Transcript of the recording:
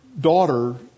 daughter